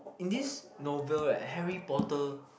in this novel leh Harry-Potter